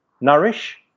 nourish